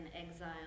exile